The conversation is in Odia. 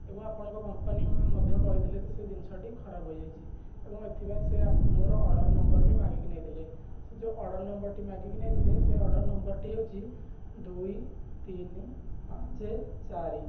ଏବଂ ଆପଣଙ୍କ କମ୍ପାନୀ ମଧ୍ୟ କହିଥିଲେ ଯେ ସେ ଜିନିଷଟି ଖରାପ ହୋଇଯାଇଛି ଏବଂ ଏଥିପାଇଁ ସେ ମୋର ଅର୍ଡ଼ର ନମ୍ବର ବି ମାଗିକି ନେଇଥିଲେ ସେ ଯେଉଁ ଅର୍ଡ଼ର ନମ୍ବରଟି ମାଗିକି ନେଇଥିଲେ ସେ ଅର୍ଡ଼ର ନମ୍ବରଟି ହେଉଛି ଦୁଇ ତିନି ପାଞ୍ଚ ଚାରି